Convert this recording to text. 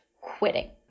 quitting